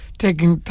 taking